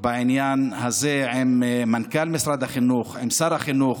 בעניין הזה עם מנכ"ל משרד החינוך, עם שר החינוך.